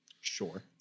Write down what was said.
sure